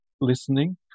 listening